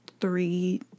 three